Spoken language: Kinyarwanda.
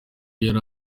yari